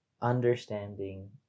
understanding